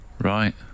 Right